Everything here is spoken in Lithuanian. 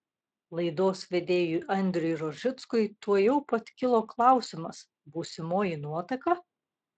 laidos vedėjui andriui rožickui tuojau pat kilo klausimas būsimoji nuotaka